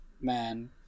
man